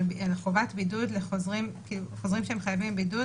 על חובת בידוד לחוזרים שהם חייבי בידוד,